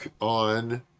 on